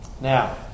Now